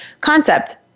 concept